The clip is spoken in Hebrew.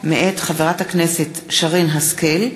מאת חברי הכנסת שרן השכל,